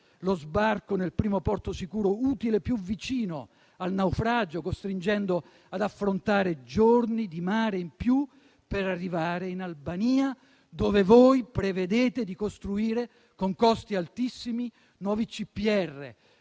lo sbarco nel primo porto sicuro utile più vicino al naufragio, costringendo ad affrontare giorni di mare in più per arrivare in Albania, dove voi prevedete di costruire, con costi altissimi, nuovi CPR,